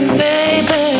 baby